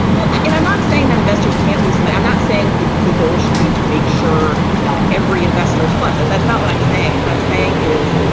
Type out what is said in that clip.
well, and i'm not saying that investors can't lose them. i'm not saying the the goal should be to make sure that every investor is flush. that's not what i'm saying. what i'm saying is,